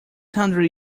hundred